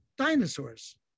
dinosaurs